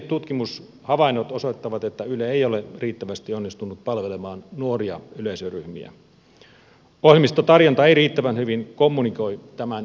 tehdyt tutkimushavainnot osoittavat että yle ei ole riittävästi onnistunut palvelemaan nuoria yleisöryhmiä ohjelmistotarjonta ei riittävän hyvin kommunikoi tämän ikäryhmän kanssa